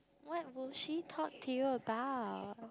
what would she talk to you about